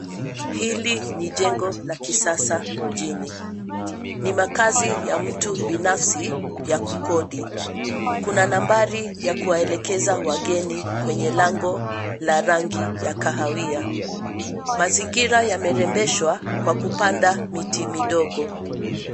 Hili ni jengo la kisasa mjini. Ni makazi ya mtu binafsi, ya kukodi. Kuna nambari ya kuwaelekeza wageni kwenye lango, la rangi ya kahawia. Mazingira yamerembeshwa, kwa kupanda miti midogo.